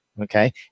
okay